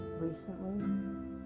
recently